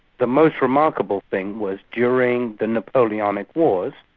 the most remarkable thing was during the napoleonic wars,